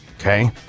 Okay